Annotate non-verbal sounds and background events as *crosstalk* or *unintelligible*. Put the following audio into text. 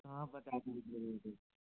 हाँ बता *unintelligible*